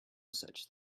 such